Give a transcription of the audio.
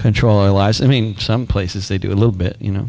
control i mean some places they do a little bit you know